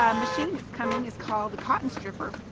um machine that's coming is called a cotton stripper.